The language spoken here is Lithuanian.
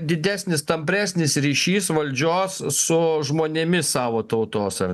didesnis tampresnis ryšys valdžios su žmonėmis savo tautos ar